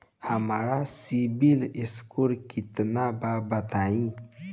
हमार सीबील स्कोर केतना बा बताईं?